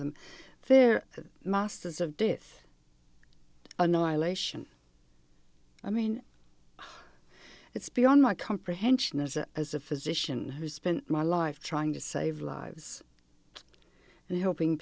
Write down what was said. them their masters of death annihilation i mean it's beyond my comprehension as a as a physician who spent my life trying to save lives and helping